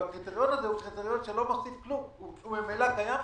הקריטריון הזה לא מוסיף כלום, הוא ממילא קיים שם.